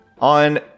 On